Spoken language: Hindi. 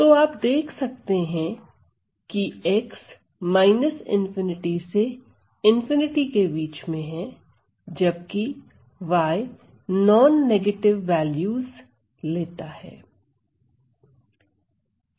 तो आप देख सकते हैं की ∞ x ∞ जबकि y नॉन नेगेटिव वैल्यू लेता है